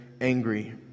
angry